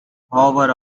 however